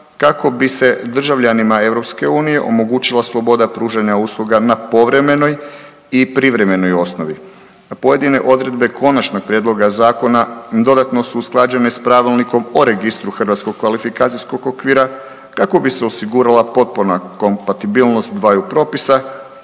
kako bi se državljanima EU omogućila sloboda pružanja usluga na povremenoj i privremenoj osnovi. Pojedine odredbe Konačnog prijedloga zakona dodatno su usklađene s Pravilnikom o Registru HKO-a kako bi se osigurala potpuna kompatibilnost dvaju propisa,